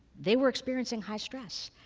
they were experiencing high stress.